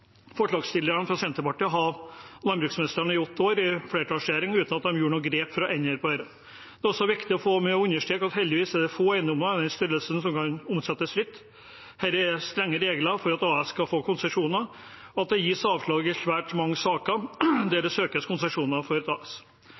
forslagsstillerne fra Senterpartiet i åtte år hadde landbruksministeren i en flertallsregjering, uten at de tok noen grep for å endre på dette. Det er også viktig å få med og understreke at det heldigvis er få eiendommer av denne størrelsen som kan omsettes fritt. Det er strenge regler for at AS kan få konsesjoner, og det gis avslag i svært mange saker der det søkes konsesjoner for et AS.